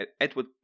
Edward